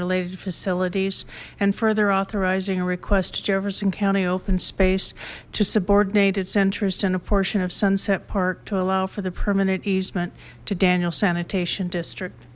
related facilities and further authorizing a request to jefferson county open space to subordinate its interest in a portion of sunset park to allow for the permanent easement daniel sanitation district